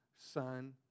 Son